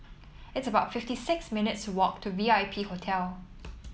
it's about fifty six minutes' walk to V I P Hotel